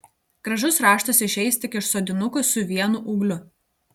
gražus raštas išeis tik iš sodinukų su vienu ūgliu